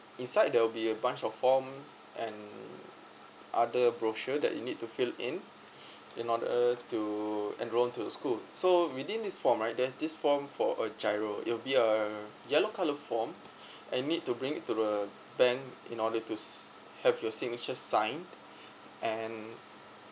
inside there'll be a bunch of forms and other brochure that you need to fill in in order to enroll to the school so within these forms right there's this form for uh GIRO it'll be uh yellow colour form and you need to bring it to the bank in order to s~ have your signature sign and